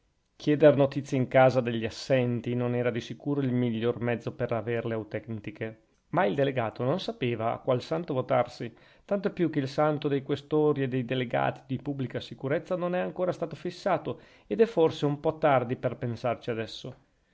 chieder notizie in casa degli assenti non era di sicuro il miglior mezzo per averle autentiche ma il delegato non sapeva a qual santo votarsi tanto più che il santo dei questori e dei delegati di pubblica sicurezza non è ancora stato fissato ed è forse un po tardi per pensarci adesso